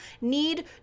need